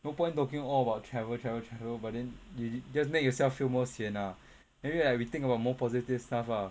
no point talking all about travel travel travel but then you just make yourself feel more sian lah maybe like we think about more positive stuff lah